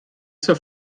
zur